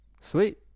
Sweet